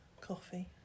coffee